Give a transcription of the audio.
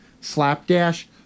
Slapdash